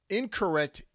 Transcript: incorrect